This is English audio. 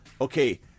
okay